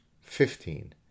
Fifteen